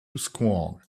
squawk